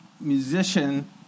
musician